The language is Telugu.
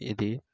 ఇది